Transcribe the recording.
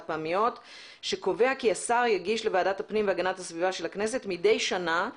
פעמיות שקובע כי השר יגיע לוועדת הפנים והגנת הסביבה של הכנסת מדי שנה,